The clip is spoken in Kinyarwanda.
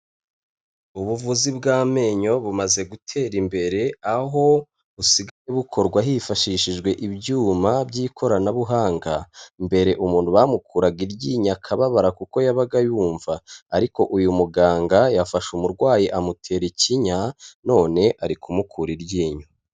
Ubuvuzi bw'amenyo bumaze gutera imbere, aho busigaye bukorwa hifashishijwe ibyuma by'ikoranabuhanga, mbere umuntu bamukuraga iryinyo akababara kuko yabaga yumva ariko uyu muganga yafasha umurwayi amutera ikinya, none ari kumukura iryinyo.